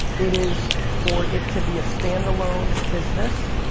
it is for it to be a standalone business